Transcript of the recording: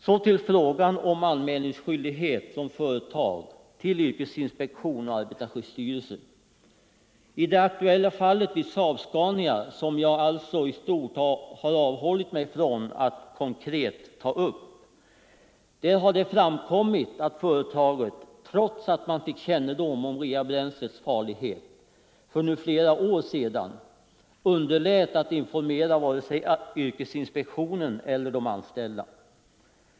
Så till frågan om anmälningsskyldighet från företag till yrkesinspektion och arbetarskyddsstyrelse. I det aktuella fallet vid Saab-Scania - som jag alltså har avhållit mig från att konkret ta upp — har framkommit att företaget, trots att man fick kännedom om reabränslets farlighet för flera år sedan, underlät att informera vare sig yrkesinspektionen eller de anställda.